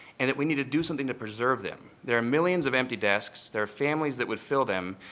and that we need to do something to preserve them. there are millions of empty desks. there are families that would fill them.